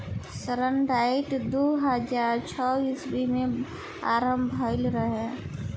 ऋण डाइट दू हज़ार छौ ईस्वी में आरंभ भईल रहे